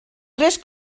tres